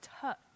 touch